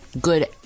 good